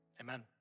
amen